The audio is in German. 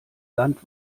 land